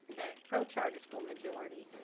the pro-charter school majority,